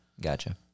Gotcha